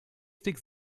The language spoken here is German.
stick